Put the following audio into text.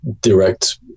direct